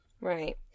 right